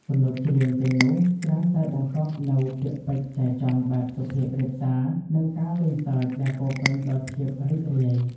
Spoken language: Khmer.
ទំនុកច្រៀងទាំងនោះច្រើនតែបង្កប់នូវពាក្យពេចន៍ចែចង់បែបសុភាពរាបសារ និងការលេងសើចដែលពោរពេញដោយភាពរីករាយ។